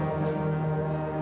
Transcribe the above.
or